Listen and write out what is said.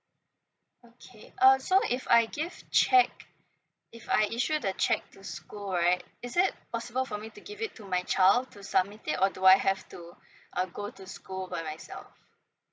okay uh so if I give cheque if I issue the cheque to school right is it possible for me to give it to my child to submit it or do I have to uh go to school by myself